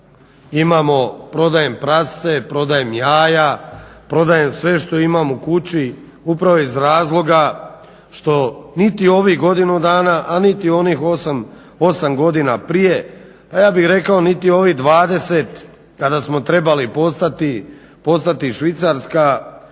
imamo prodajem prasce, prodajem jaja, prodajem sve što imam u kući upravo iz razloga što niti ovih godinu dana, a niti onih 8 godina prije ja bih rekao niti ovih 20 kada smo trebali postati Švicarska